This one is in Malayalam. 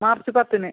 മാർച്ച് പത്തിന്